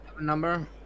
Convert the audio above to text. number